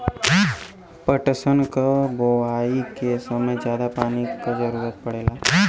पटसन क बोआई के समय जादा पानी क जरूरत पड़ेला